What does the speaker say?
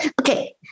Okay